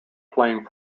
playing